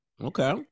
okay